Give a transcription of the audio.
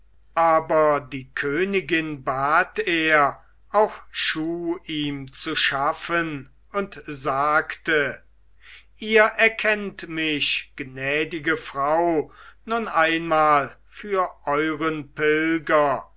aber die königin bat er auch schuh ihm zu schaffen und sagte ihr erkennt mich gnädige frau nun einmal für euren pilger